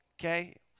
Okay